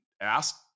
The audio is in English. ask